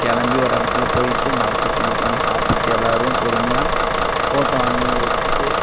கிளம்பி ஒரு இடத்துல போயிட்டு மரத்துக்கு கீழே உட்காந்து சாப்பிட்டு எல்லாரும் பொறுமையாக ஃபோட்டோ அங்கேயும் எடுத்துட்டு